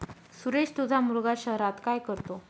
सुरेश तुझा मुलगा शहरात काय करतो